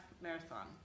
marathon